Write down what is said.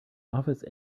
office